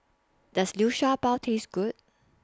Does Liu Sha Bao Taste Good